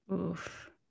Oof